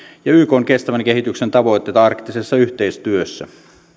ja ykn kestävän kehityksen tavoitteita arktisessa yhteistyössä